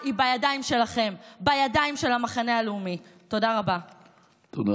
אדוני היושב-ראש, אדוני השר, תודה רבה על